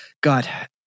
god